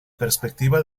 perspectiva